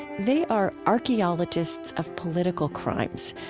they are archaeologists of political crimes,